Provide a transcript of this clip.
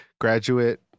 graduate